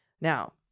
Now